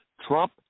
Trump